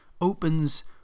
opens